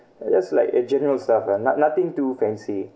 just like a general stuff ah noth~ nothing too fancy